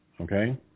okay